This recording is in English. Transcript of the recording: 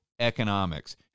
economics